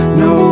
no